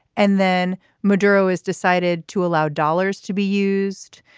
and then maduro is decided to allow dollars to be used.